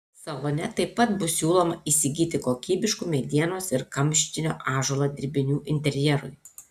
salone taip pat bus siūloma įsigyti kokybiškų medienos ir kamštinio ąžuolo dirbinių interjerui